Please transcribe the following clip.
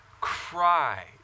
cry